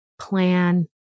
plan